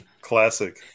Classic